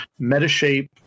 Metashape